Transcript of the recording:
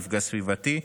מפגע סביבתי,